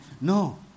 No